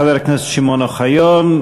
תודה לחבר הכנסת שמעון אוחיון.